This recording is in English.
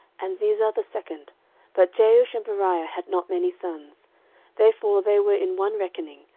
and zizah the second but jeush and beriah had not many sons therefore they were in one reckoning,